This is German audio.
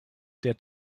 der